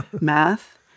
math